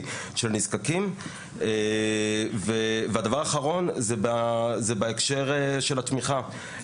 של נזקקים והדבר האחרון זה בהקשר של התמיכה,